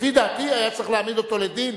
לפי דעתי היה צריך להעמיד אותו לדין,